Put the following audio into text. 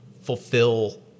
fulfill